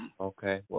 Okay